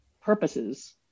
purposes